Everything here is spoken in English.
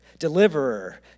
deliverer